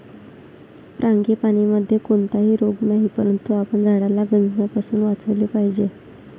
फ्रांगीपानीमध्ये कोणताही रोग नाही, परंतु आपण झाडाला गंजण्यापासून वाचवले पाहिजे